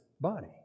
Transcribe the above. body